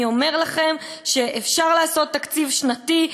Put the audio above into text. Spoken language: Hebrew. אני אומר לכם שאפשר לעשות תקציב שנתי,